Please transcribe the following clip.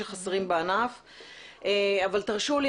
תרשו לי,